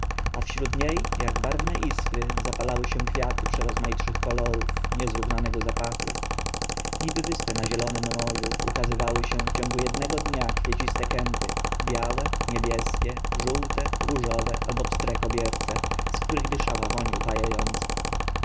a wśród niej jak barwne iskry zapalały się kwiaty przerozmaitych kolorów niezrównanego zapachu niby wyspy na zielonem morzu ukazywały się w ciągu jednego dnia kwieciste kępy białe niebieskie żółte różowe albo pstre kobierce z których dyszała woń upajająca